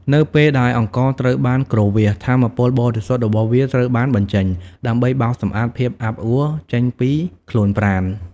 នៅពេលដែលអង្ករត្រូវបានគ្រវាស ថាមពលបរិសុទ្ធរបស់វាត្រូវបានបញ្ចេញ ដើម្បីបោសសម្អាតភាពអាប់អួចេញពីខ្លួនប្រាណ។